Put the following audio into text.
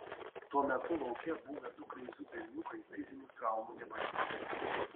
tuo metu lauke buvę du kleizų berniukai fizinių traumų nepatyrė